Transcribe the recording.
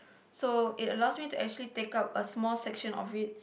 so it allows me actually take up a small session of it